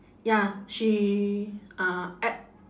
ya she uh add